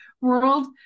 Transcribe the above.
world